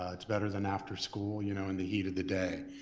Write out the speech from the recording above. ah it's better than after school you know in the heat of the day.